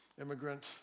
immigrant